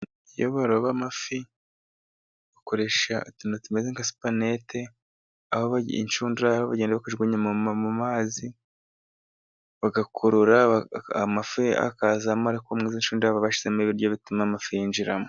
Iyo baroba amafi, bakoresha utuntu tumeze nka supanete, aho inshundura bagenda bakayijugunya mu mazi ,bagakurura amafi akazamo, ariko muri izo nshundura baba bashyizemo ibiryo bituma amafi yinjiramo.